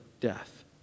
death